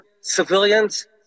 civilians